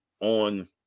on